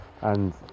and-